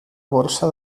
borsa